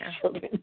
children